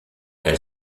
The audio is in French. elle